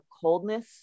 coldness